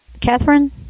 Catherine